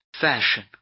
fashion